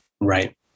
Right